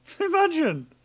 Imagine